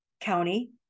County